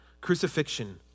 crucifixion